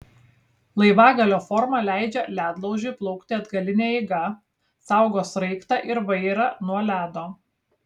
laivagalio forma leidžia ledlaužiui plaukti atgaline eiga saugo sraigtą ir vairą nuo ledo